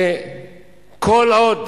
שכל עוד